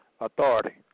authority